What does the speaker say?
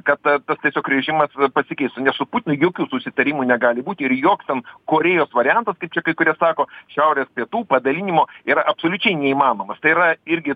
kad tas tiesiog režimas pasikeistų nes su putinu jokių susitarimų negali būti ir joks ten korėjos variantas kaip čia kai kurie sako šiaurės pietų padalinimo yra absoliučiai neįmanomas tai yra irgi